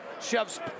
shoves